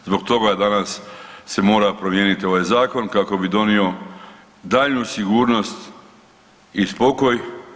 Zbog toga danas se mora promijeniti ovaj zakon kako bi donio daljnju sigurnost i spokoj.